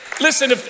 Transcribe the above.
Listen